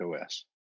OS